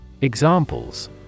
Examples